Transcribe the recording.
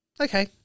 okay